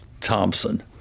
Thompson